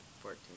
Fourteen